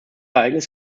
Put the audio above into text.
ereignis